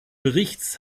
berichts